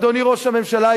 אדוני ראש הממשלה,